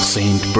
Saint